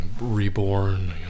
reborn